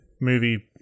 Movie